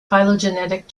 phylogenetic